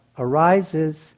arises